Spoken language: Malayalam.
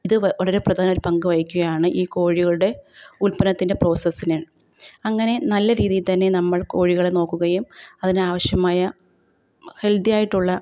ഇത് വ വളരെ പ്രധാന ഒരു പങ്കു വഹിക്കുകയാണ് ഈ കോഴികളുടെ ഉത്പനത്തിൻ്റെ പ്രോസസ്സിന് അങ്ങനെ നല്ല രീതിയിൽത്തന്നെ നമ്മൾ കോഴികളെ നോക്കുകയും അതിനാവശ്യമായ ഹെൽത്തിയായിട്ടുള്ള